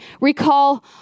recall